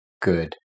good